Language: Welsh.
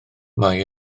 mae